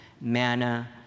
manna